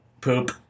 Poop